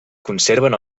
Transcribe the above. conserven